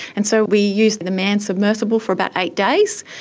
and so we used the manned submersible for about eight days,